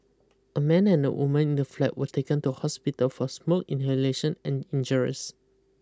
a man and a woman in the flat were taken to hospital for smoke inhalation and injuries